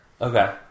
Okay